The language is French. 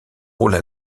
rôles